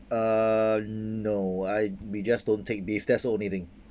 uh no I'd we just don't take beef that's only thing